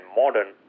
modern